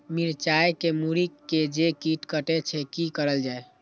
मिरचाय के मुरी के जे कीट कटे छे की करल जाय?